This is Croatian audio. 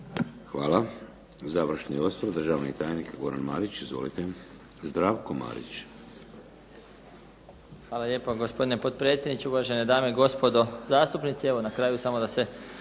Hvala. Završni osvrt, državni tajnik Zdravko Marić. Izvolite. **Marić, Zdravko** Hvala lijepo, gospodine potpredsjedniče. Uvažene dame i gospodo zastupnici. Evo na kraju samo da se